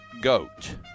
goat